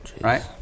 Right